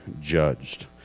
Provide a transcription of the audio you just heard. judged